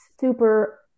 super